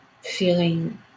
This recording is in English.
feeling